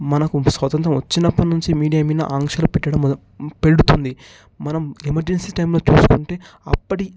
మనకు స్వతంత్రం వచ్చినప్పటి నుంచి మీడియా మీద ఆంక్షలు పెట్టడం మొద పెడుతుంది మనం ఎమెర్జెన్సీ టైములో చూసుకుంటే అప్పటి